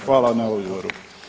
Hvala na odgovoru.